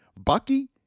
Bucky